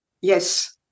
Yes